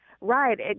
Right